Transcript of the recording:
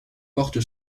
porte